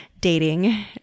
dating